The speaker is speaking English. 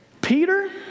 Peter